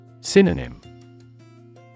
Synonym